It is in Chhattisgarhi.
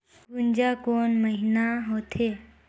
गुनजा कोन महीना होथे?